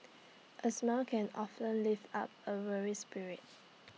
A smile can often lift up A weary spirit